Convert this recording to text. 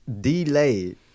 Delayed